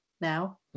now